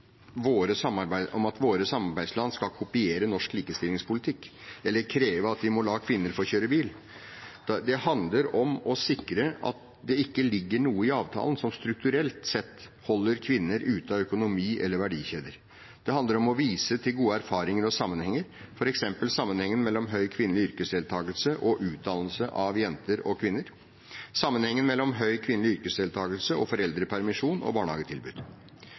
om at våre samarbeidsland skal kopiere norsk likestillingspolitikk, eller kreve at de må la kvinner få kjøre bil. Det handler om å sikre at det ikke ligger noe i avtalene som strukturelt sett holder kvinner ute av økonomi eller verdikjeder. Det handler om å vise til gode erfaringer og sammenhenger, f.eks. sammenhengen mellom høy kvinnelig yrkesdeltakelse og utdannelse av jenter og kvinner, sammenhengen mellom høy kvinnelig yrkesdeltakelse og foreldrepermisjon og barnehagetilbud.